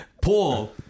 Paul